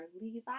Levi